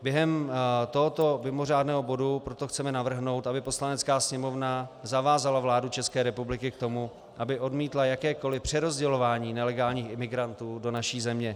Během tohoto mimořádného bodu proto chceme navrhnout, aby Poslanecká sněmovna zavázala vládu České republiky k tomu, aby odmítla jakékoliv přerozdělování nelegálních imigrantů do naší země.